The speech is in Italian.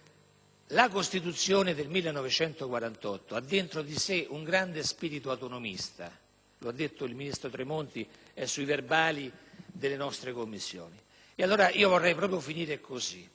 la Costituzione del 1948 ha dentro di sé un grande spirito autonomista. Lo ha detto il ministro Tremonti; è nei verbali delle nostre Commissioni. Vorrei finire proprio così: